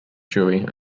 dewey